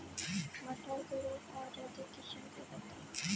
मटर के रोग अवरोधी किस्म बताई?